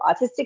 autistic